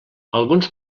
alguns